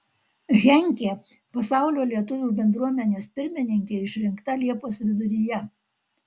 henkė pasaulio lietuvių bendruomenės pirmininke išrinkta liepos viduryje